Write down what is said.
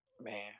Man